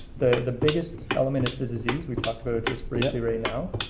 the the biggest element is the disease we talked about just briefly right now.